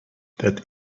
that